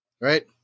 Right